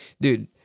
dude